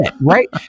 right